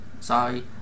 sorry